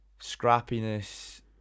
scrappiness